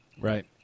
Right